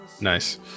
Nice